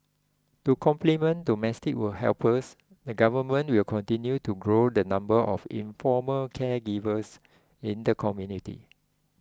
to complement domestic will helpers the government will continue to grow the number of informal caregivers in the community